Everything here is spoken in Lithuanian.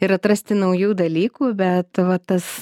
ir atrasti naujų dalykų bet va tas